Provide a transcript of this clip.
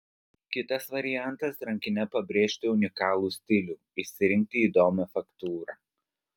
kitas variantas rankine pabrėžti unikalų stilių išsirinkti įdomią faktūrą